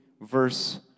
verse